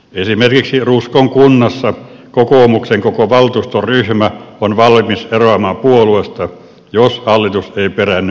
esimerkiksi ruskon kunnassa kokoomuksen koko valtuustoryhmä on valmis eroamaan puolueesta jos hallitus ei peräänny aikeissaan